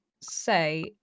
say